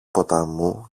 ποταμού